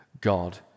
God